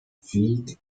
feed